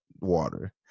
water